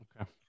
Okay